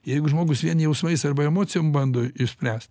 jeigu žmogus vien jausmais arba emocijom bando išspręst